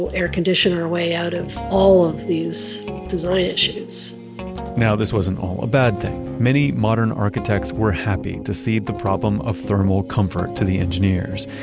air-condition our way out of all of these design issues now, this wasn't all a bad thing. many modern architects were happy to see the problem of thermal comfort to the engineers.